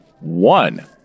One